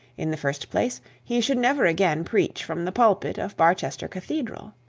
in the first place he should never again preach from the pulpit of barchester cathedral.